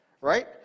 Right